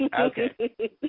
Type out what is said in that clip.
Okay